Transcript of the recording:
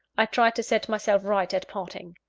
i tried to set myself right at parting.